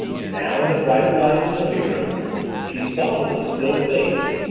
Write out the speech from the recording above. now, in the brighter light of the living-room she saw that the still face,